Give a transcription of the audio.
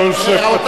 מה?